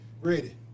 Ready